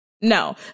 no